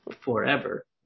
forever